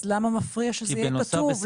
אז למה מפריע שזה יהיה כתוב,